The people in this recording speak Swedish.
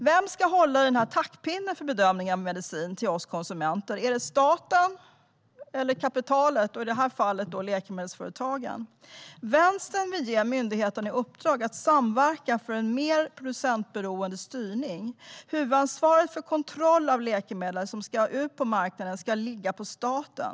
Vem ska hålla i taktpinnen för bedömningen av medicin till oss konsumenter - är det staten eller kapitalet, och i det här fallet läkemedelsföretagen? Vänstern vill ge myndigheten i uppdrag att samverka för en mer producentoberoende styrning. Huvudansvaret för kontroll av läkemedel som ska ut på marknaden ska ligga på staten.